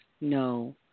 no